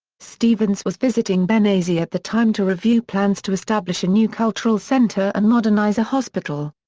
stevens was visiting benghazi at the time to review plans to establish a new cultural center and modernize a hospital.